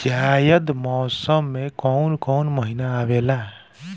जायद मौसम में काउन काउन महीना आवेला?